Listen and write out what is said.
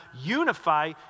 unify